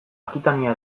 akitania